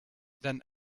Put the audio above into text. than